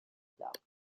block